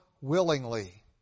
willingly